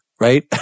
right